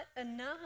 enough